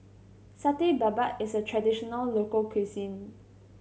Satay Babat is a traditional local cuisine